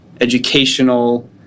educational